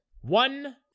One